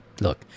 Look